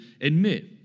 admit